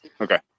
Okay